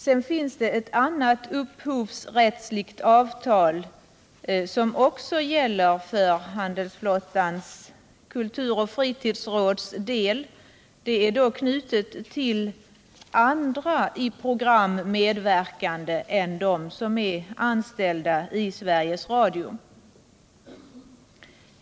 Det finns ytterligare ett upphovsrättsligt avtal, som också gäller för handelsflottans kulturoch fritidsråds del. Det avtalet är knutet till andra medverkande i program än dem som är anställda vid Sveriges Radio.